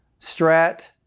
Strat